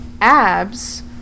abs